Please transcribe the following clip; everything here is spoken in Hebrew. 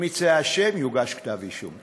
אם יצא אשם, יוגש כתב אישום.